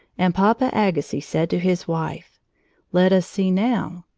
and papa agassiz said to his wife let us see, now,